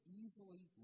easily